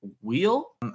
wheel